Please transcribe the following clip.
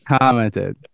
commented